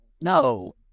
No